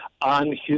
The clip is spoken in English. on